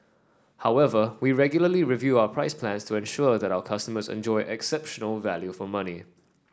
however we regularly review our price plans to ensure that our customers enjoy exceptional value for money